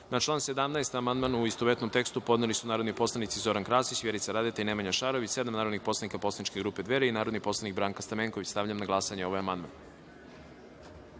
član 27. amandman, u istovetnom tekstu, podneli su narodni poslanici Zoran Krasić, Vjerica Radeta i Milorad Mirčić, sa ispravkom, sedam narodnih poslanika poslaničke grupe Dveri i narodni poslanik Branka Stamenković. Stavljam na glasanje ovaj